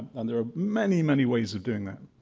and there are many, many ways of doing that.